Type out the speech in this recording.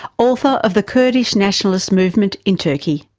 author of the kurdish national um movement in turkey.